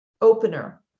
opener